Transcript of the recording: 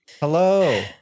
Hello